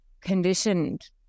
conditioned